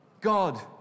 God